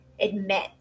admit